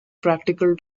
practical